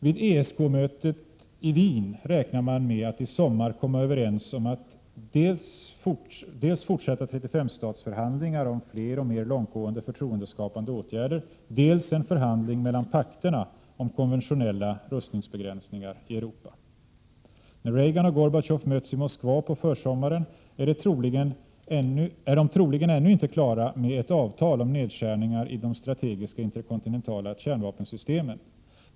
Vid ESK-mötet i Wien räknar man med att i sommar komma överens om dels fortsatta 35-statsförhandlingar om fler och mer långtgående förtroendeskapande åtgärder, dels en förhandling mellan pakterna om konventionella rustningsbegränsningar i Europa. När Reagan och Gorbatjov möts i Moskva på försommaren är de troligen ännu inte klara med ett avtal om nedskärningar i de strategiska, interkontinentala kärnvapensystemen.